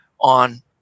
on